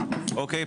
אוקיי?